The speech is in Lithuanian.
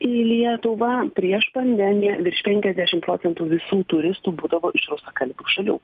į lietuvą prieš pandemiją virš penkiasdešimt procentų visų turistų būdavo iš rusakalbių šalių